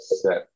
set